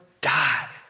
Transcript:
die